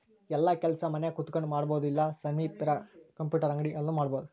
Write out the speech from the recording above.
ಯೆಲ್ಲ ಕೆಲಸ ಮನ್ಯಾಗ ಕುಂತಕೊಂಡ್ ಮಾಡಬೊದು ಇಲ್ಲ ಸನಿಪ್ ಇರ ಕಂಪ್ಯೂಟರ್ ಅಂಗಡಿ ಅಲ್ಲು ಮಾಡ್ಬೋದು